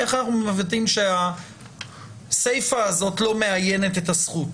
איך אנחנו מבטאים שהסיפה הזאת לא מאיינת את הזכות,